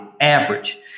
average